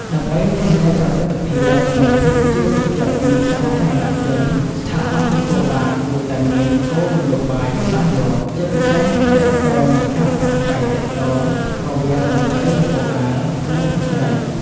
ដើម្បីធានាប្រសិទ្ធភាព និងភាពជឿទុកចិត្តពីសាធារណជន ស្ថាប័ននគរបាលគួរតែមានគោលនយោបាយច្បាស់លាស់ ជាពិសេសទាក់ទងនឹងការប្រាស្រ័យទាក់ទងវាងមន្ត្រីនគរបាល និងស្ត្រី។